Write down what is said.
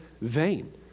vain